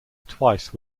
twice